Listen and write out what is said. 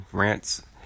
rants